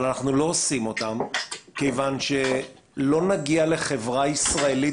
אבל אנחנו לא עושים אותם כיוון שלא נגיע לחברה ישראלית